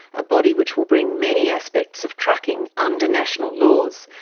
a body which will bring many aspects of trucking under national laws,